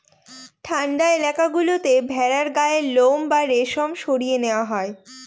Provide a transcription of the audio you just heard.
ঠান্ডা এলাকা গুলোতে ভেড়ার গায়ের লোম বা রেশম সরিয়ে নেওয়া হয়